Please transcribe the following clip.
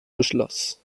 beschloss